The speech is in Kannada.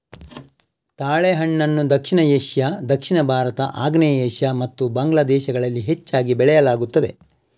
ತಾಳೆಹಣ್ಣನ್ನು ದಕ್ಷಿಣ ಏಷ್ಯಾ, ದಕ್ಷಿಣ ಭಾರತ, ಆಗ್ನೇಯ ಏಷ್ಯಾ ಮತ್ತು ಬಾಂಗ್ಲಾ ದೇಶದಲ್ಲಿ ಹೆಚ್ಚಾಗಿ ಬೆಳೆಯಲಾಗುತ್ತದೆ